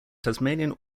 tasmanian